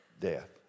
Death